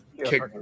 Kick